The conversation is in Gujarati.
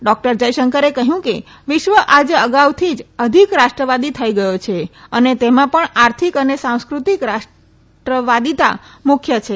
ડોકટર જયશંકરે કહયું કે વિશ્વ આજે અગાઉથી જ અઘિક રાષ્ટ્રવાદી થઇ ગયો છે અને તેમાં પણ આર્થિક અને સાંસ્ક્રતિક રાષ્ટ્રવાદીતા મુખ્ય છે